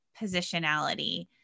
positionality